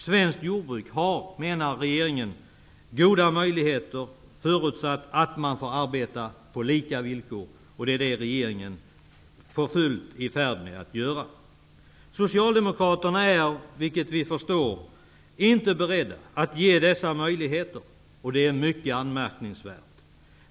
Svenskt jordbruk har, menar regeringen, goda möjligheter, förutsatt att man får arbeta på lika villkor -- det är det regeringen för fullt är i färd med att göra. Socialdemokraterna är tydligen inte beredda att ge dessa möjligheter, och det är mycket anmärkningsvärt.